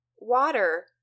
water